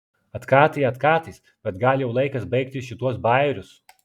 atkatai atkatais bet gal jau laikas baigti šituos bajerius